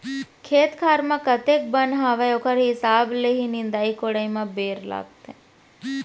खेत खार म कतेक बन हावय ओकर हिसाब ले ही निंदाई कोड़ाई म बेरा लागथे